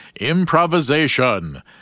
Improvisation